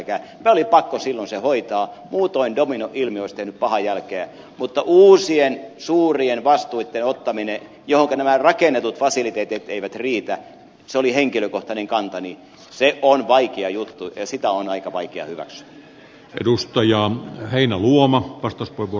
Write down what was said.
meidän oli pakko silloin se hoitaa muutoin dominoilmiö olisi tehnyt pahaa jälkeä mutta uusien suurien vastuitten ottaminen johonka nämä rakennetut fasiliteetit eivät riitä se oli henkilökohtainen kantani on vaikea juttu ja sitä on aika vaikea hyväksyä